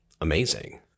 amazing